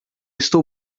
estou